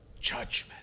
judgment